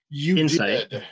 insight